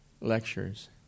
Lectures